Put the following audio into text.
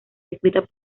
descritas